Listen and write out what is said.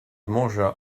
mangea